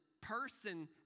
person